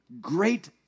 great